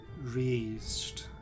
raised